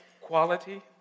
Quality